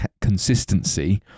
consistency